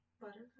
Buttercup